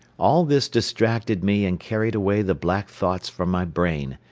all this distracted me and carried away the black thoughts from my brain,